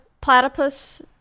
Platypus